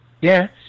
Yes